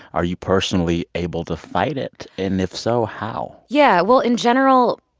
are you personally able to fight it? and if so, how? yeah. well, in general,